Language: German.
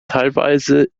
teilweise